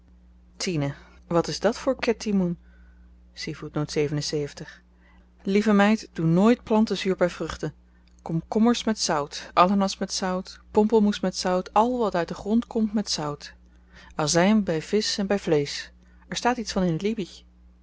tine wat is dat voor ketimon lieve meid doe nooit plantenzuur by vruchten komkommers met zout ananas met zout pompelmoes met zout al wat uit den grond komt met zout azyn by visch en by vleesch er staat iets van in